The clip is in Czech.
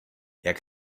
jak